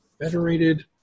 Federated